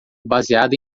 baseada